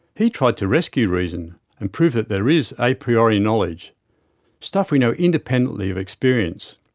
he tried to rescue reason and prove that there is a priori knowledge stuff we know independently of experience.